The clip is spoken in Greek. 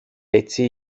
έτσι